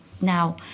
Now